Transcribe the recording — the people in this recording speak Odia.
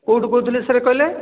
କେଉଁଠୁ କହୁଥିଲେ ସାର୍ କହିଲେ